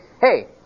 hey